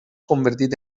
convertit